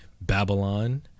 Babylon